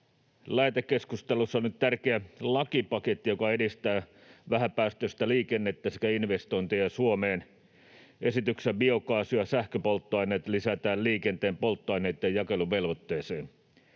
Lähetekeskustelussa on nyt tärkeä lakipaketti, joka edistää vähäpäästöistä liikennettä sekä investointeja Suomeen. Esityksessä biokaasu- ja sähköpolttoaineet lisätään liikenteen polttoaineitten jakeluvelvoitteeseen.